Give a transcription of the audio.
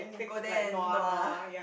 then go there and nua